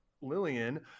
lillian